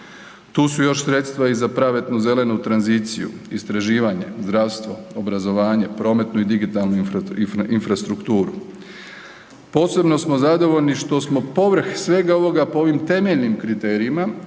tu su još sredstva i za pravednu zelenu tranziciju, istraživanje, zdravstvo, obrazovanje, prometnu i digitalnu infrastrukturu. Posebno smo zadovoljni što smo povrh svega ovoga po ovim temeljnim kriterijima